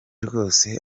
rwose